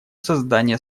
создание